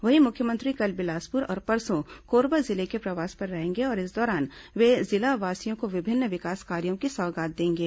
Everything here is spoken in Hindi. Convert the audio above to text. वहीं मुख्यमंत्री कल बिलासपुर और परसों कोरबा जिले के प्रवास पर रहेंगे और इस दौरान वे जिलावासियों को विभिन्न विकास कार्यों की सौगात देंगे